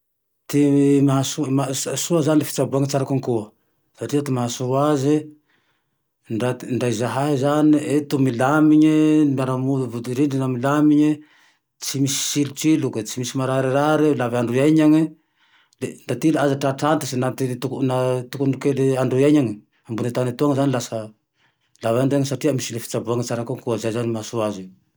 Ty mahaso-maha, soa zane le fitsaboa tsara konkoa, satria ty mahasoa aze, ndra zahay zane eto milamine, ny mpiara-monina vody rindrina milamine, tsy misy silitsiloke, tsy misy mararirary eo lava andro iainane, dra ty ilany aza tratr'antitse na te tokony kely andry iainane ambony tane etoany zane lasa, la avy agne tegna satria misy le fitsaboa tsara kokoa, zay zane mahasoa aze io.